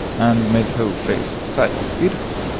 and made the whole face decidedly beautiful,